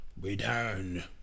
return